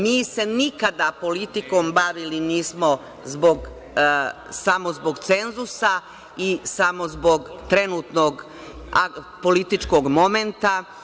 Mi se nikada politikom nismo bavili zbog cenzusa i samo zbog trenutnog političkog momenta.